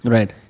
Right